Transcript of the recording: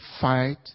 fight